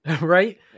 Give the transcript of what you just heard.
right